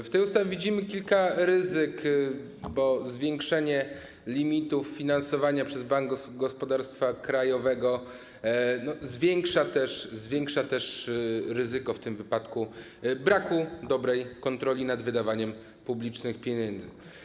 W tej ustawie widzimy kilka ryzyk, bo zwiększenie limitów finansowania przez Bank Gospodarstwa Krajowego zwiększa też ryzyko w tym wypadku braku dobrej kontroli nad wydawaniem publicznych pieniędzy.